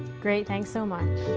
great, thanks so much!